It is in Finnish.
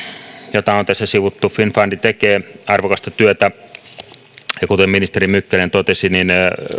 jota on tässä sivuttu finnfund tekee arvokasta työtä ja kuten ministeri mykkänen totesi